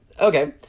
okay